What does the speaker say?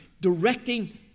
directing